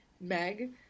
Meg